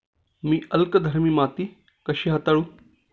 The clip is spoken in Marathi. मी अल्कधर्मी माती कशी हाताळू?